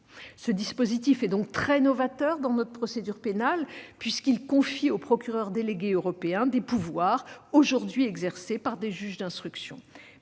Ce dispositif est donc très novateur dans notre procédure pénale puisqu'il confie au procureur délégué européen des pouvoirs aujourd'hui exercés par des juges d'instruction.